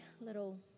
little